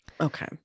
okay